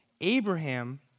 Abraham